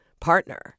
partner